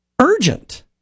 urgent